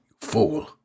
fool